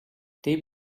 they